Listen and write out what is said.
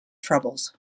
troubles